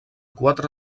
quatre